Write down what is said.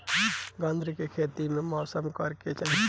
गन्ना के खेती कौना मौसम में करेके चाही?